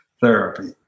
therapy